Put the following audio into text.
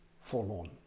forlorn